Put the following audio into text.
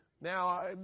Now